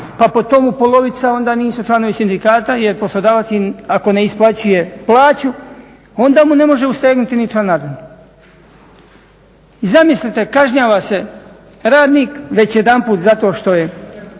Pa po tomu polovica onda nisu članovi sindikata jer poslodavac ako im ne isplaćuje plaću onda mu ne može ustegnuti ni članarinu. Zamislite kažnjava se radnik već jedanput zato što je